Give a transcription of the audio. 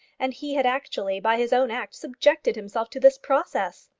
and he had actually, by his own act, subjected himself to this process!